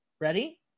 Ready